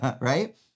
right